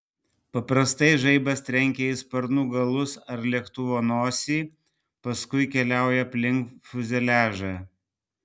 paprastai žaibas trenkia į sparnų galus ar lėktuvo nosį paskui keliauja aplink fiuzeliažą